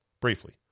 briefly